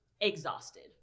exhausted